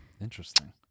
interesting